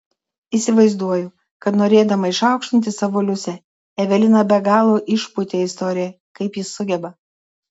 įsivaizduoju kad norėdama išaukštinti savo liusę evelina be galo išpūtė istoriją kaip ji sugeba